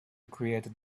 created